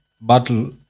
battle